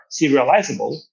serializable